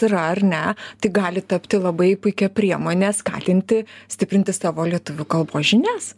yra ar ne tai gali tapti labai puikia priemone skatinti stiprinti savo lietuvių kalbos žinias